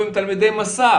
מישהו נתן את הדעת על זה?